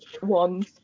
one